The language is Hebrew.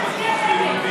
הם המעטים.